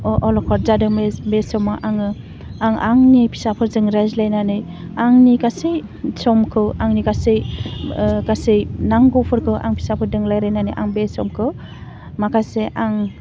अलखद जादोंमोन बे समाव आङो आं आंनि फिसाफोरजों रायज्लायनानै आंनि गासै समखौ आंनि गासै गासै नांगौफोरखौ आं फिसाफोरदों रायलायनानै आं बे समखौ माखासे आं